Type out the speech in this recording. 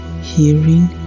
hearing